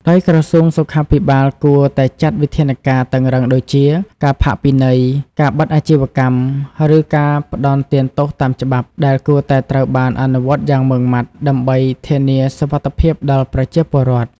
ដោយក្រសួងសុខាភិបាលគួរតែចាត់វិធានការតឹងរ៉ឹងដូចជា ការផាកពិន័យ ការបិទអាជីវកម្ម ឬការផ្តន្ទាទោសតាមផ្លូវច្បាប់ ដែលគួរតែត្រូវបានអនុវត្តយ៉ាងម៉ឺងម៉ាត់ ដើម្បីធានាសុវត្ថិភាពដល់ប្រជាពលរដ្ឋ។